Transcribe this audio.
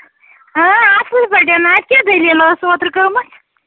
اۭں اَصٕل پٲٹھۍ اَتہِ کیٛاہ دٔلیٖل ٲس اوترٕ گٔمٕژ